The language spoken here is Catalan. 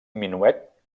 minuet